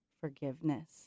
Forgiveness